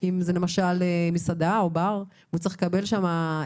אם זה מסעדה או בר והוא צריך לקבל היתר